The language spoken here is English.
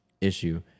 issue